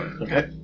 Okay